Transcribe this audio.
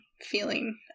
feeling